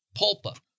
Pulpa